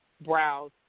browse